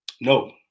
No